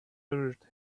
urged